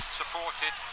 supported